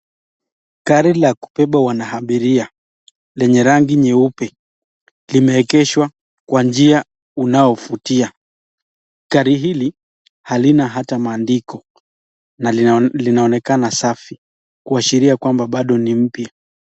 Gari la kubeba wanaabiria lenye rangi nyeupe limeegeshwa kwa njia unaovutia. Gari hili halina ata maandiko na linaonekana safi kuashiria kwamba bado ni mpya.